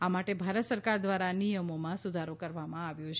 આ માટે ભારત સરકાર દ્વારા નિયમોમાં સુધારો કરવામાં આવ્યો છે